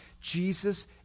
Jesus